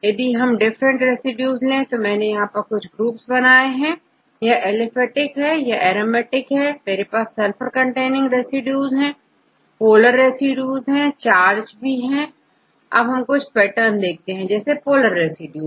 तो यदि आप इन डिफरेंट रेसिड्यूज को देखें मैंने यहां कुछ ग्रुप्स बनाए हैं यह एलिफेटिक और यह एरोमेटिक है मेरे पास सल्फर कंटेनिंग रेसिड्यूज है और पोलर रेसिड्यूज तथा चार्ज भी है और हम कुछ पेटर्न्स देख सकते हैं जैसे पोलर रेसिड्यू